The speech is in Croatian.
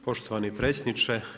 Poštovani predsjedniče.